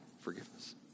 forgiveness